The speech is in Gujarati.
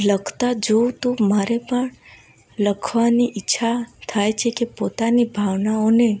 લખતા જોવ તો મારે પણ લખવાની ઇચ્છા થાય છે કે પોતાની ભાવનાઓને